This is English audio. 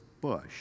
bush